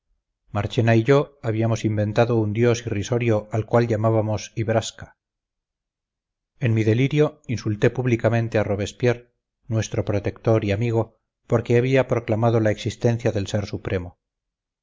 marchena y yo habíamos inventado un dios irrisorio al cual llamábamos ibrascha en mi delirio insulté públicamente a robespierre nuestro protector y amigo porque había proclamado la existencia del ser supremo